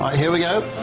here we go.